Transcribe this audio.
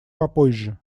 попозже